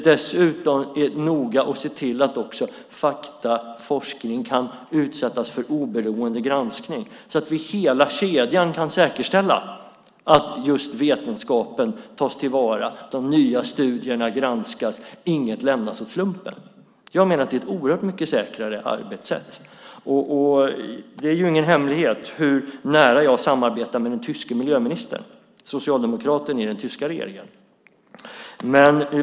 Dessutom är det viktigt att se till att fakta, forskning, kan utsättas för oberoende granskning så att vi genom hela kedjan kan säkerställa att vetenskapen tas till vara, de nya studierna granskas, och inget lämnas åt slumpen. Jag menar att det är ett oerhört mycket säkrare arbetssätt. Det är ingen hemlighet hur nära jag samarbetar med den tyske socialdemokratiske miljöministern.